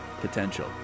potential